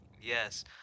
Yes